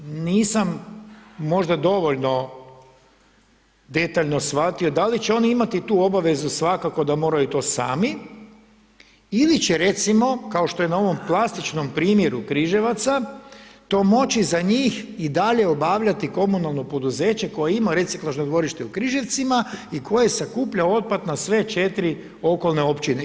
Nisam možda dovoljno detaljno shvati, da li će oni imati tu obavezu svakako da moraju to sami, ili će recimo, kao što je na ovom plastičnom primjerice Križevaca, to moći za njih i dalje obavljati komunalno poduzeće koje ima reciklažnom dvorište u Križevcima i koji sakuplja otpad na sve 4 okolne općine.